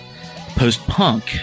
post-punk